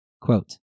Quote